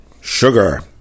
sugar